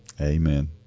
Amen